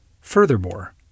Furthermore